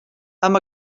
amb